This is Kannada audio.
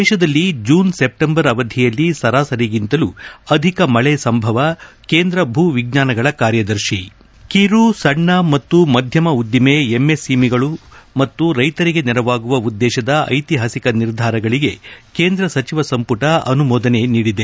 ದೇಶದಲ್ಲಿ ಜೂನ್ ಸೆಪ್ಟೆಂಬರ್ ಅವಧಿಯಲ್ಲಿ ಸರಾಸರಿಗಿಂತಲೂ ಅಧಿಕ ಮಳೆ ಸಂಭವ ಕೇಂದ್ರ ಭೂ ವಿಜ್ಞಾನಗಳ ಕಾರ್ಯದರ್ಶಿ ಕಿರು ಸಣ್ಣ ಮತ್ತು ಮದ್ಯಮ ಉದ್ದಿಮೆ ಎಂಎಸ್ಎಂಇಗಳು ಮತ್ತು ರೈತರಿಗೆ ನೆರವಾಗುವ ಉದ್ದೇಶದ ಐತಿಹಾಸಿಕ ನಿರ್ಧಾರಗಳಿಗೆ ಕೇಂದ್ರ ಸಚಿವ ಸಂಪುಟ ಅನುಮೋದನೆ ನೀಡಿದೆ